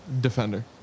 Defender